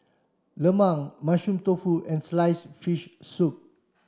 Lemang mushroom tofu and slice fish soup